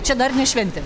čia dar ne šventėm